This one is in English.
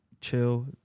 Chill